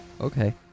Okay